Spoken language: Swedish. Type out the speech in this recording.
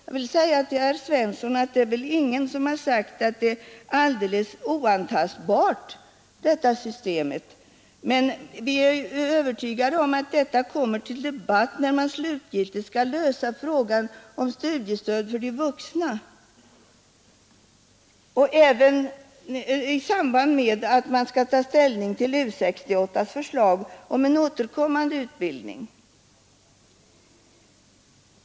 Jag vill säga till herr Svensson i Malmö att det är väl ingen som har sagt att detta system är alldeles oantastbart, men vi är övertygade om att detta kommer upp till debatt när man slutgiltigt skall lösa frågan om studiestöd för vuxna och även i samband med att vi skall ta ställning till U 68:s förslag om en återkommande utbildning.